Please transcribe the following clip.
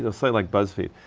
ah so like buzzfeed.